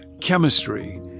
chemistry